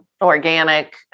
organic